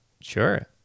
sure